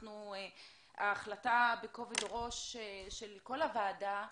ההחלטה בכובד ראש של כל הוועדה,